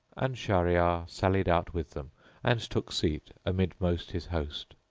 and shahryar sallied out with them and took seat amidmost his host,